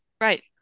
Right